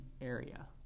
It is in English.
area